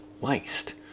waste